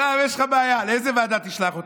עכשיו יש לך בעיה: לאיזו ועדה תשלח אותה?